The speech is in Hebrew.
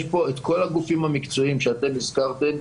יש פה קפיצות משמעותיות ביותר בכל יום כזה.